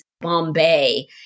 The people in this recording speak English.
Bombay